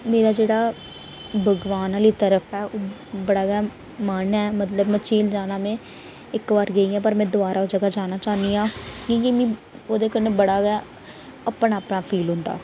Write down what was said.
मेरा जेह्ड़ा भगोानन आह्ली तरफ ऐ बड़ा गै मन ऐ मचेल जाना में इक बारी गेई आं पर में ओह् जगह् दोबारा जाना चाह्न्नी आं की के मिगी ओह्दे कन्नै बड़ा गै अपना आप फील होंदा